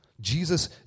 Jesus